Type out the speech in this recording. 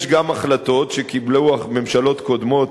יש גם החלטות שקיבלו ממשלות קודמות,